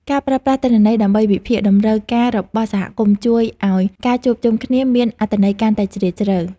ការប្រើប្រាស់ទិន្នន័យដើម្បីវិភាគតម្រូវការរបស់សហគមន៍ជួយឱ្យការជួបជុំគ្នាមានអត្ថន័យកាន់តែជ្រាលជ្រៅ។